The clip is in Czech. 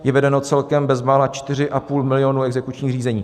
Je vedeno celkem bezmála 4,5 milionu exekučních řízení.